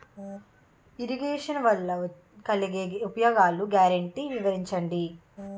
Irrigation వలన కలిగే ఉపయోగాలు గ్యారంటీ వివరించండి?